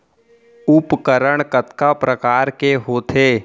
उपकरण कतका प्रकार के होथे?